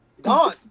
gone